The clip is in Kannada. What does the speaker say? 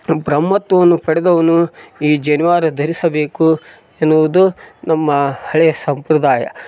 ಬ್ರಹ್ಮತ್ವವನ್ನು ಪಡೆದವನು ಈ ಜನಿವಾರ ಧರಿಸಬೇಕು ಎನ್ನುವುದು ನಮ್ಮ ಹಳೆಯ ಸಂಪ್ರದಾಯ